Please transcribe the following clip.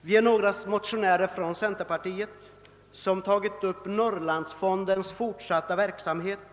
Vi är några motionärer från centerpartiet som tagit upp frågan om Norrlandsfondens fortsatta verksamhet.